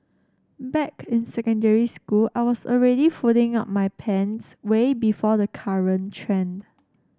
back in secondary school I was already folding up my pants way before the current trend